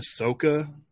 Ahsoka